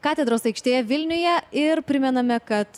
katedros aikštėje vilniuje ir primename kad